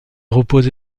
repose